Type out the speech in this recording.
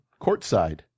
courtside